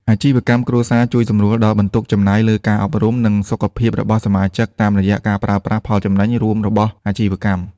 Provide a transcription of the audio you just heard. អាជីវកម្មគ្រួសារជួយសម្រួលដល់បន្ទុកចំណាយលើការអប់រំ និងសុខភាពរបស់សមាជិក តាមរយៈការប្រើប្រាស់ផលចំណេញរួមរបស់អាជីវកម្ម។